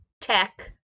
tech